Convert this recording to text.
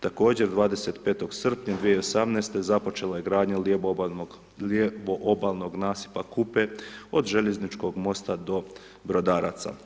Također 25. srpnja 2018.-te započela je gradnja lijevo obalnog nasipa Kupe od željezničkog mosta do Brodaraca.